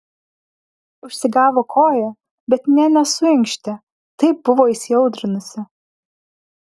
užsigavo koją bet nė nesuinkštė taip buvo įsiaudrinusi